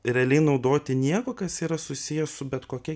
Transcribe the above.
realiai naudoti nieko kas yra susiję su bet kokia